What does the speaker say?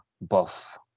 buff